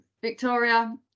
Victoria